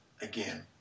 again